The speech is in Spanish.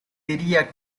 diría